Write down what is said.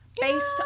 Based